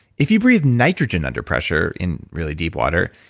if you breathe nitrogen under pressure in really deep water,